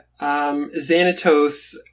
Xanatos